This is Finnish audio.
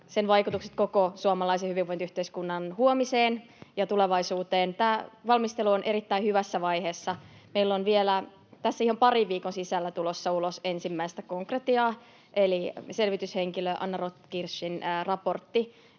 sen vaikutukset koko suomalaisen hyvinvointiyhteiskunnan huomiseen ja tulevaisuuteen. Tämä valmistelu on erittäin hyvässä vaiheessa. Meillä on vielä tässä ihan parin viikon sisällä tulossa ulos ensimmäistä konkretiaa eli selvityshenkilö Anna Rotkirchin raportti